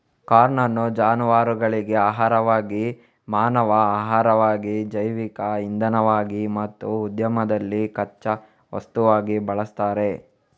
corn ಅನ್ನು ಜಾನುವಾರುಗಳ ಆಹಾರವಾಗಿ, ಮಾನವ ಆಹಾರವಾಗಿ, ಜೈವಿಕ ಇಂಧನವಾಗಿ ಮತ್ತು ಉದ್ಯಮದಲ್ಲಿ ಕಚ್ಚಾ ವಸ್ತುವಾಗಿ ಬಳಸ್ತಾರೆ